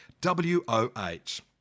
W-O-H